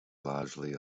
largely